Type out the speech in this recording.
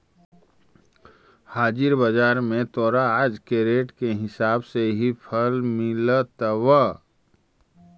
हाजिर बाजार में तोरा आज के रेट के हिसाब से ही फल मिलतवऽ